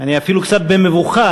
אני אפילו קצת במבוכה.